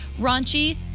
raunchy